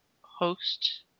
host